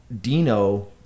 Dino